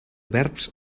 verbs